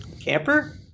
camper